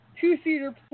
two-seater